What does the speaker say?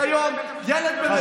כיום ילד במדינת, הוא